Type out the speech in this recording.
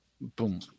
Boom